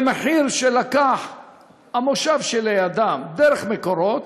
למחיר שלקח המושב שלידם, דרך "מקורות",